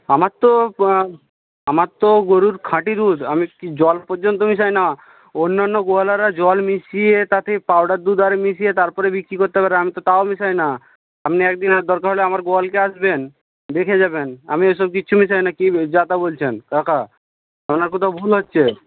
আমার তো আমার তো গরুর খাঁটি দুধ আমি জল পর্যন্ত মেশাই না অন্যান্য গোয়ালারা জল মিশিয়ে তাতে পাউডার দুধ আরে মিশিয়ে তারপরে বিক্রি করতে পারে আমি তো তাও মেশাই না আপনি একদিন দরকার হলে আমার গোয়ালকে আসবেন দেখে যাবেন আমি এসব কিছু মেশাই না কী যা তা বলছেন কাকা আপনার কোথাও ভুল হচ্ছে